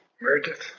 Meredith